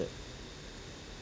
that